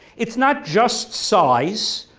it's not just size,